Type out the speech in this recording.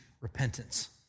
repentance